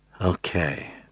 Okay